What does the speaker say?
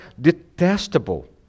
detestable